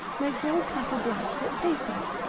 makes all cattle black that taste of it.